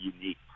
unique